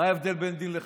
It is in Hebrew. מה ההבדל בין דין לחשבון?